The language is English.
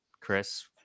Chris